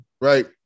right